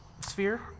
sphere